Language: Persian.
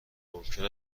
ممکن